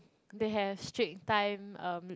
they have strict time um